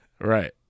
Right